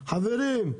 חברים,